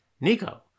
Nico